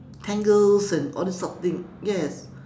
tangles and all these sort of things yes